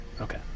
Okay